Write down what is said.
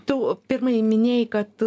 tu pirmai minėjai kad